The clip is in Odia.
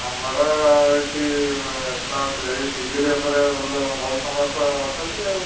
ଆମର ଏଠି ଏଇ ବିଜେଡ଼ି ଉପରେ ବହୁ ସମର୍ଥ ଅଛନ୍ତି ଆଉ